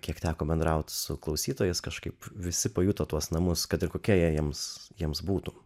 kiek teko bendraut su klausytojais kažkaip visi pajuto tuos namus kad ir kokia jiems jiems būtų